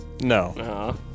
No